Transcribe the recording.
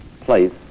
place